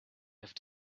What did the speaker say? have